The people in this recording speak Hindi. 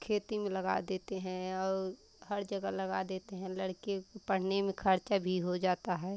खेती में लगा देते हैं और हर जगह लगा देते हैं लड़की पढ़ने में ख़र्च भी हो जाता है